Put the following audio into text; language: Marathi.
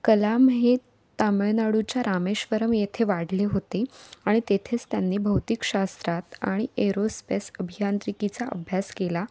कलाम हे तामिळनाडूच्या रामेश्वरम येथे वाढले होते आणि तेथेच त्यांनी भौतिकशास्त्रात आणि एरोस्पेस अभियांत्रिकीचा अभ्यास केला